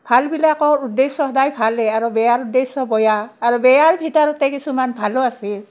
ভালবিলাকৰ উদ্দেশ্য সদায় ভালেই আৰু বেয়াৰ উদ্দেশ্য বয়া আৰু বেয়াৰ ভিতৰতে কিছুমান ভালো আছিল